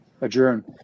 adjourn